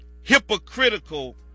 hypocritical